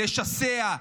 לשסע,